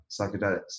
psychedelics